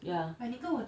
ya